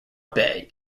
bay